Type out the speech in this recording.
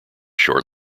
short